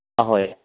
ꯑꯍꯣꯏ